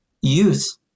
youth